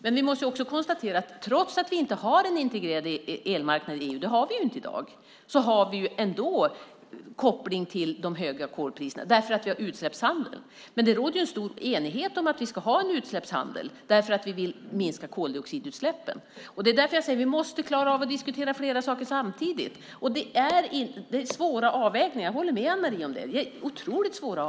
Men vi måste också konstatera att trots att vi inte har en integrerad elmarknad i EU - det har vi ju inte i dag - har vi ändå en koppling till de höga kolpriserna därför att vi har utsläppshandel. Men det råder en stor enighet om att vi ska ha en utsläppshandel, därför att vi vill minska koldioxidutsläppen. Det är därför jag säger att vi måste klara av att diskutera flera saker samtidigt. Det är svåra avvägningar - jag håller med Anne-Marie om det - otroligt svåra.